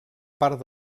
part